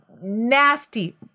nasty